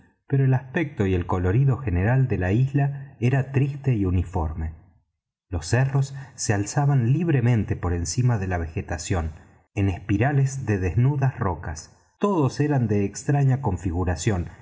pero el aspecto y el colorido general de la isla era triste y uniforme los cerros se alzaban libremente por encima de la vegetación en espirales de desnudas rocas todos eran de extraña configuración